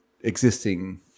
existing